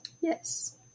Yes